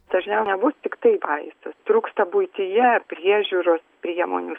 dažniau nebus tiktai vaistas trūksta buityje priežiūros priemonių